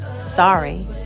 Sorry